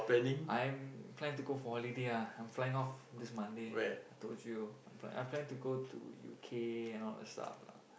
I am plan to go for holiday ah I'm flying off this Monday I told you I I plan to go to U_K and all that stuff lah